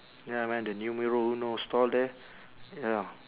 ya man the numero uno stall there ya